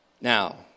Now